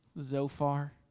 Zophar